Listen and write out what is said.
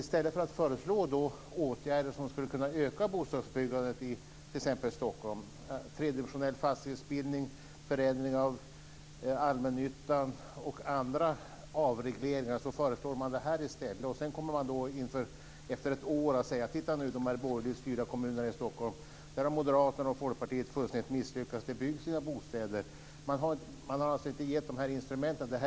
I stället för att föreslå åtgärder som skulle kunna öka bostadsbyggandet i t.ex. Stockholm, som tredimensionell fastighetsbildning, förändring av allmännyttan och andra avregleringar, lägger man fram det här förslaget. Efter kanske ett år kan man då säga: Titta på de borgerligt styrda kommunerna i Stockholm, där Moderaterna och Folkpartiet har misslyckats fullständigt! Där byggs det inga bostäder. Man har inte gett instrumenten för detta.